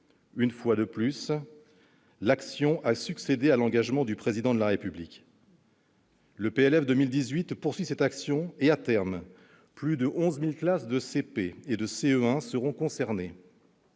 Une fois de plus, l'action a succédé à l'engagement du Président de la République. Le projet de loi de finances pour 2018 poursuit cette action et, à terme, plus de 11 000 classes de CP et de CE1 seront concernées.